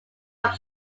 tuff